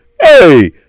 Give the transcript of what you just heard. Hey